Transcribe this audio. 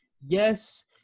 Yes